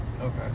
Okay